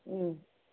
ಹ್ಞೂ